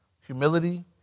humility